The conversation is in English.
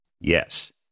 Yes